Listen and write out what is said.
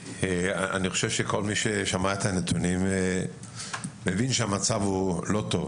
אני חושב שכל מי ששמע את הנתונים מבין שמצב הוא לא טוב.